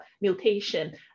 mutation